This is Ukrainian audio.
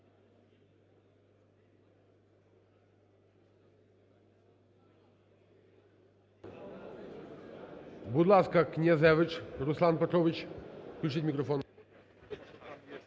Будь ласка, Князевич Руслан Петрович, включіть мікрофон.